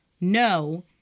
no